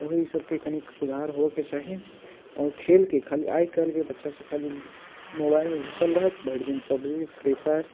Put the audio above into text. ओहि सभकेँ कनि सुधार होयबाक चाही आओर खेलके खाली आइ काल्हिके बच्चा सभ खाली मोबाइलमे घुसल रहत भरि दिन पबजी फ्री फायर